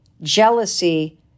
Jealousy